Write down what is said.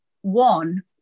one